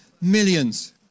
millions